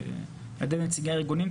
ומוועדי נציגי הארגונים,